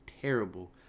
terrible